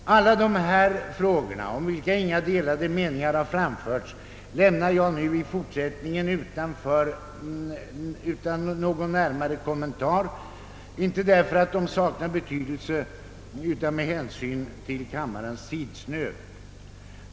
Alla dessa frågor, om vilka inga delade meningar framförts, lämnar jag nu utan närmare kommentar, inte på grund av att de saknar betydelse utan med hänsyn till kammarens tidsnöd.